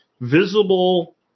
visible